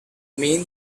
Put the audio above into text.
main